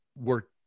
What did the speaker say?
work